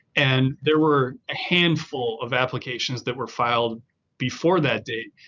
and there were a handful of applications that were filed before that date.